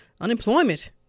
unemployment